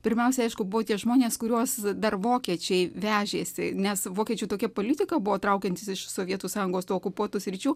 pirmiausia aišku buvo tie žmonės kuriuos dar vokiečiai vežėsi nes vokiečių tokia politika buvo traukiantis iš sovietų sąjungos tų okupuotų sričių